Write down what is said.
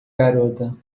garota